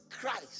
Christ